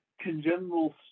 congenital